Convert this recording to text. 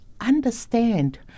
understand